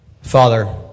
Father